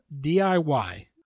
DIY